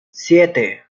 siete